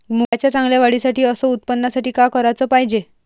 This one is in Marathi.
मुंगाच्या चांगल्या वाढीसाठी अस उत्पन्नासाठी का कराच पायजे?